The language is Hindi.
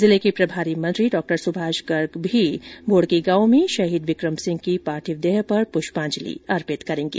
जिले के प्रभारी मंत्री डॉ सुभाष गर्ग भी भोड़की गांव में शहीद विक्रम सिंह की पार्थिव देह पर पुष्पांजलि अर्पित करेंगे